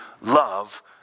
love